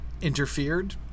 interfered